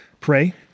pray